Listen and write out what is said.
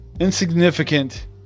insignificant